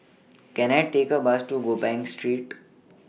Can I Take A Bus to Gopeng Street